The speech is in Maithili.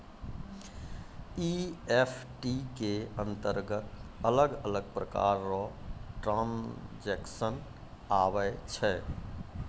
ई.एफ.टी के अंतरगत अलग अलग प्रकार रो ट्रांजेक्शन आवै छै